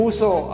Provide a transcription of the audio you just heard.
Uso